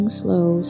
slow